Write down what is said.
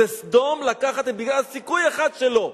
זה סדום לקחת, בגלל סיכוי אחד שלא.